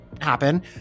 happen